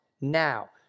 now